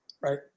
right